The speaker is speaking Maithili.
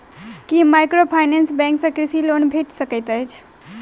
की माइक्रोफाइनेंस बैंक सँ कृषि लोन भेटि सकैत अछि?